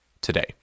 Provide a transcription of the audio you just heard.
today